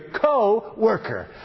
co-worker